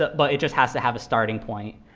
but but it just has to have a starting point.